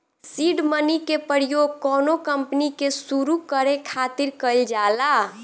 seed money के प्रयोग कौनो कंपनी के सुरु करे खातिर कईल जाला